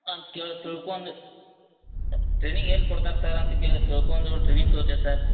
ಅಂತ ಕೇಳಿ ತಿಲ್ಕೊಂದ್ ಟ್ರೈನಿಂಗ್ ಎಲ್ಲಿ ಕೊಡ್ತಾರೆ ಸರ್ ಅಂತ ಕೇಳಿ ತಿಳ್ಕೊಂದು ಟ್ರೈನಿಂಗ್ ತಗೋತೀವಿ ಸರ್